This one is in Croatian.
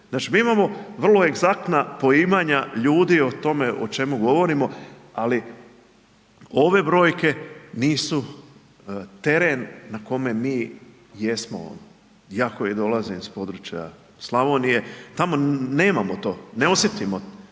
Znači mi imamo vrlo egzaktna poimanja ljudi o tome o čemu govorimo ali ove brojke nisu teren na kome mi jesmo. Ja koji dolazim iz područja Slavonije, tamo nemamo to, ne osjetimo.